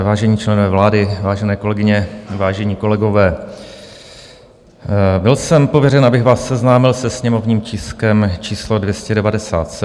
Vážení členové vlády, vážené kolegyně, vážení kolegové, byl jsem pověřen, abych vás seznámil se sněmovním tiskem číslo 297.